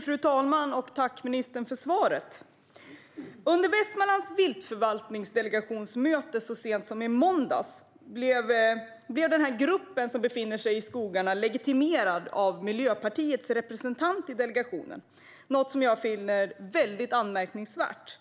Fru talman! Tack för svaret, ministern! Under Västmanlands viltförvaltningsdelegationsmöte så sent som i måndags blev den grupp som befinner sig i skogarna legitimerad av Miljöpartiets representant i delegationen. Det är något som jag finner mycket anmärkningsvärt.